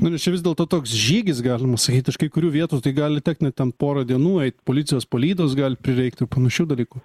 nu nes čia vis dėlto toks žygis galima sakyt iš kai kurių vietų tai gali tekt net ten porą dienų eit policijos palydos gali prireikt ir panašių dalykų